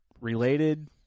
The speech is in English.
related